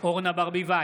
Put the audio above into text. אורנה ברביבאי,